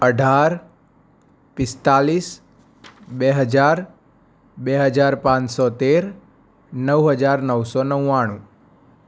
અઢાર પિસ્તાલીસ બે હજાર બે હજાર પાંચસો તેર નવ હજાર નવસો નવ્વાણું